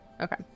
Okay